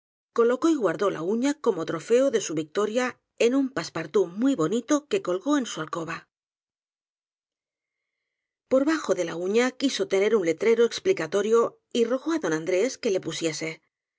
colocó y guardó la uña como trofeo de su victoria en un passepartout muy bonito que colgó en su alcoba por bajo de la uña quiso poner un letrero explicatorio y rogó á don andrés que le pusiese